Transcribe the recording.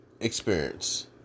experience